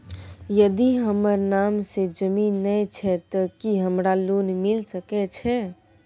यदि हमर नाम से ज़मीन नय छै ते की हमरा लोन मिल सके छै?